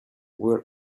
were